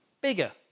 bigger